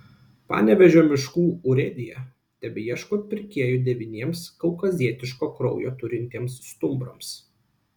panevėžio miškų urėdija tebeieško pirkėjų devyniems kaukazietiško kraujo turintiems stumbrams